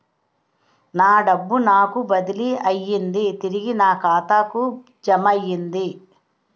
నా డబ్బు నాకు బదిలీ అయ్యింది తిరిగి నా ఖాతాకు జమయ్యింది